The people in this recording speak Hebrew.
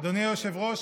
אדוני היושב-ראש,